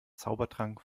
zaubertrank